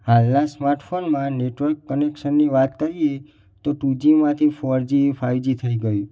હાલના સ્માર્ટ ફોનમાં નેટવર્ક કનૅક્શનની વાત કરી એ તો ટુ જીમાંથી ફોર જી ફાઈવ જી થઇ ગયું